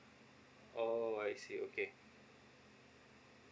oh I see okay